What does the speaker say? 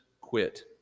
quit